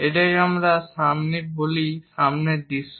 এটাকেই আমরা বলি সামনের দৃশ্য